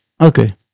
Okay